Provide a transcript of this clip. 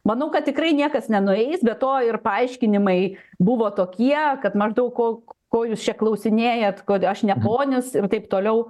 manau kad tikrai niekas nenueis be to ir paaiškinimai buvo tokie kad maždaug ko ko jūs čia klausinėjat kodaš ne ponis ir taip toliau